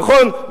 נכון?